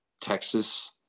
Texas